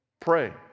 Pray